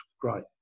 great